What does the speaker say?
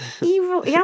evil